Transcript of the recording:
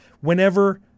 whenever